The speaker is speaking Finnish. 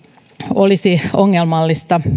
olisi ongelmallista